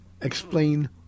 explain